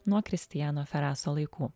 nuo kristiano feraso laikų